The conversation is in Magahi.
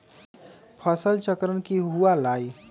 फसल चक्रण की हुआ लाई?